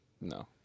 No